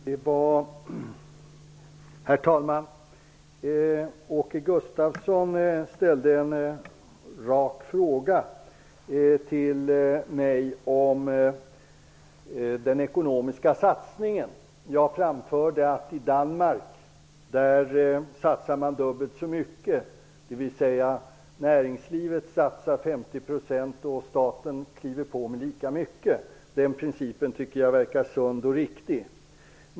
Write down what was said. Herr talman! Åke Gustavsson ställde en rak fråga till mig om den ekonomiska satsningen. Jag framförde att man i Danmark satsar dubbelt så mycket, dvs. näringslivet satsar 50 %, och staten kliver på med lika mycket. Den principen verkar sund och riktig.